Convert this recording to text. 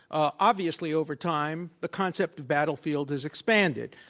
obviously, over time, the concept of battlefield is expanded.